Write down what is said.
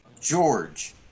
George